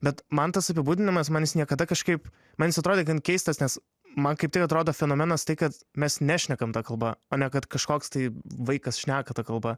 bet man tas apibūdinimas man jis niekada kažkaip man jis atrodė gan keistas nes man kaip tik atrodo fenomenas tai kad mes nešnekame ta kalba o ne kad kažkoks tai vaikas šneka ta kalba